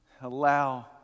allow